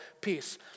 peace